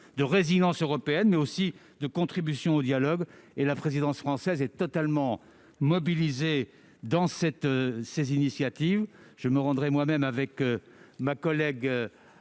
de résilience européenne, mais aussi de contribution au dialogue. La présidence française est totalement mobilisée pour ces initiatives. Je me rendrai moi-même à Kiev dans quelques